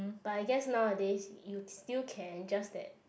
but I guess nowadays you still can just that